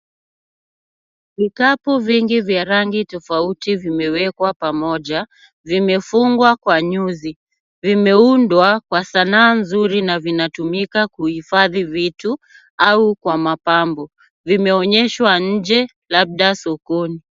Vikapu vingi vya rangi tofauti vimewekwa pamoja. Vimefungwa kwa nyuzi. Vimeundwa kwa sanaa nzuri na vinatumika kuhifadhi vitu au kwa mapambo. Vimeonyeshwa nje labda sokoni.